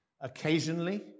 occasionally